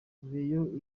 rayon